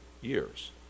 years